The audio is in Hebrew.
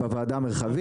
בוועדה המרחבית?